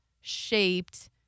shaped